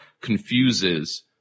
confuses